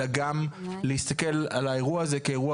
אלא גם להסתכל על האירוע הזה כאירוע